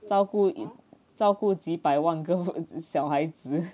照顾照顾几百万个小孩子